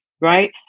right